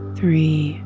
three